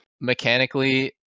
mechanically